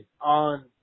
on